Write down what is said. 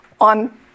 on